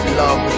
love